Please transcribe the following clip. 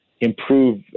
improve